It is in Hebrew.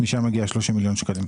משם מגיעים 30 מיליון שקלים.